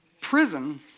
prison